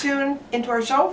tuned into our show